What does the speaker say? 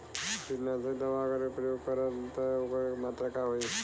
कीटनाशक दवा अगर प्रयोग करब त ओकर मात्रा का होई?